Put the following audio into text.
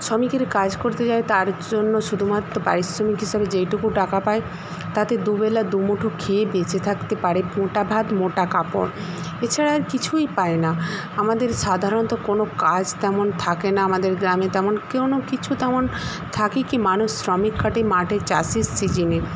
শ্রমিকের কাজ করতে যায় তার জন্য শুধুমাত্র পারিশ্রমিক হিসাবে যেইটুকু টাকা পায় তাতে দুবেলা দুমুঠো খেয়ে বেঁচে থাকতে পারে মোটা ভাত মোটা কাপড় এছাড়া আর কিছুই পায় না আমাদের সাধারণত কোনও কাজ তেমন থাকে না আমাদের গ্রামে তেমন কোনও কিছু তেমন থাকে কী মানুষ শ্রমিক খাটে মাঠে চাষের সিজনে